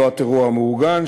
לא הטרור המאורגן,